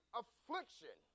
affliction